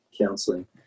counseling